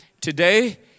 Today